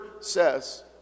says